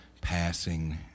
passing